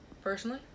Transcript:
Personally